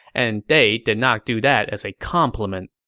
and they did not do that as a compliment.